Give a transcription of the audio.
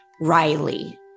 Riley